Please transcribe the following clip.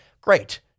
great